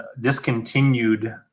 discontinued